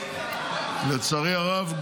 לצערי הרב,